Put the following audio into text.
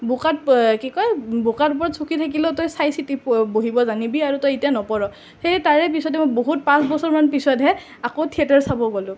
বোকাৰ কি কয় বোকাৰ ওপৰত চকী থাকিলেও তই চা চিতি বহিব জানিবি আৰু তই এতিয়া নপৰ সেই তাৰে পিছত মই বহুত পাঁচ বছৰমান পিছতহে আকৌ থিয়েটাৰ চাব গ'লোঁ